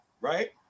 right